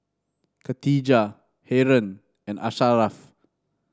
Khatijah Haron and Asharaff